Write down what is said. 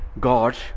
God